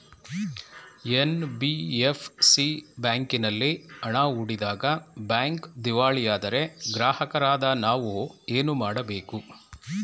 NBFC ಬ್ಯಾಂಕಿನಲ್ಲಿ ಹಣ ಹೂಡಿದಾಗ ಬ್ಯಾಂಕ್ ದಿವಾಳಿಯಾದರೆ ಗ್ರಾಹಕರಾದ ನಾವು ಏನು ಮಾಡಬೇಕು?